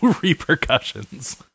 repercussions